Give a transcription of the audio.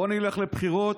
בוא נלך לבחירות,